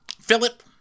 Philip